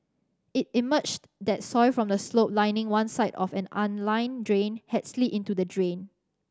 it emerged that soil from the slope lining one side of an unlined drain had slid into the drain